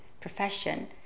profession